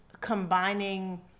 combining